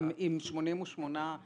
אם 88%